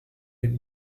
aimes